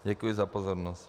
Děkuji za pozornost.